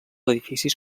edificis